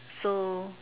so